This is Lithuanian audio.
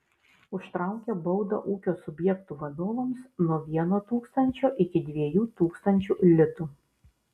užtraukia baudą ūkio subjektų vadovams nuo vieno tūkstančio iki dviejų tūkstančių litų